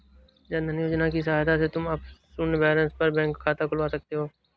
जन धन योजना की सहायता से तुम अब शून्य बैलेंस पर बैंक में खाता खुलवा सकते हो